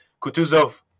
Kutuzov